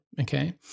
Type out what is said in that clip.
Okay